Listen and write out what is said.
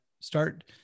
start